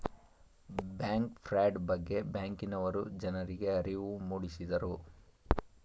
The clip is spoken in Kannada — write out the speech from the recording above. ಬ್ಯಾಂಕ್ ಫ್ರಾಡ್ ಬಗ್ಗೆ ಬ್ಯಾಂಕಿನವರು ಜನರಿಗೆ ಅರಿವು ಮೂಡಿಸಿದರು